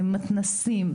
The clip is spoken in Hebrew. מתנ"סים,